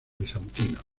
bizantinos